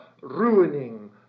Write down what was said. ruining